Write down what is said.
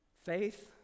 faith